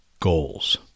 goals